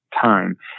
time